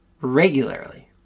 regularly